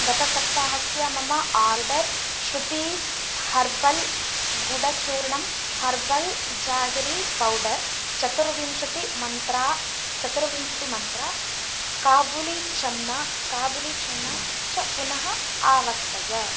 गतसप्ताहस्य मम आर्डर् श्रुतीस् हर्बल् गुडचूर्णं हर्बल् जागरि पौडर् चतुर्विंशतिमन्त्रा चतुर्विंशतिमन्त्रा काबुलिचन्ना काबुलिचन्ना च पुनः आवर्तय